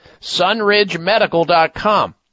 SunRidgeMedical.com